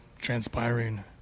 transpiring